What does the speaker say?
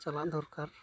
ᱪᱟᱞᱟᱜ ᱫᱚᱨᱠᱟᱨ